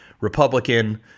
Republican